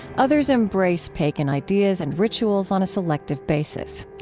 others embrace pagan ideas and rituals on a selective basis.